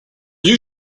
you